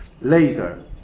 later